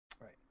right